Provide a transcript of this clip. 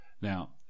now